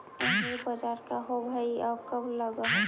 एग्रीबाजार का होब हइ और कब लग है?